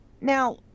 Now